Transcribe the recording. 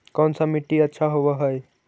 कोन सा मिट्टी अच्छा होबहय?